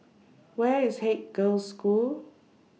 Where IS Haig Girls' School